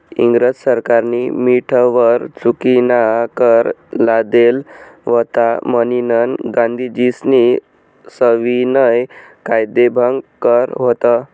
इंग्रज सरकारनी मीठवर चुकीनाकर लादेल व्हता म्हनीन गांधीजीस्नी सविनय कायदेभंग कर व्हत